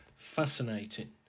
fascinating